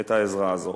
את העזרה הזו,